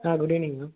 ah good evening ma'am